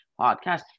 podcast